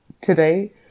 today